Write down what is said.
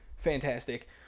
Fantastic